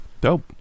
Dope